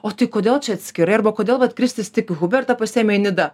o tai kodėl čia atskirai arba kodėl vat kristis tik hubertą pasiėmė į nidą